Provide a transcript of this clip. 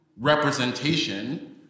representation